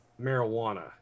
marijuana